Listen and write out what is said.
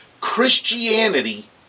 Christianity